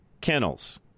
kennels